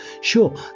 Sure